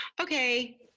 okay